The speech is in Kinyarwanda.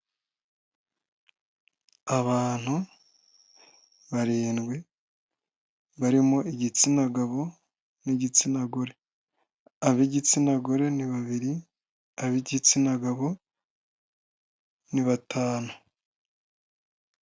Abantu barindwi barimo igitsina gabo n'igitsina gore, ab'igitsina gore ni babiri, ab'igitsina gabo ni batanu.